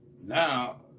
Now